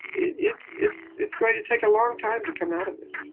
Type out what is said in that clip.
it's it's it's going to take a long time to come out of this